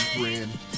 friend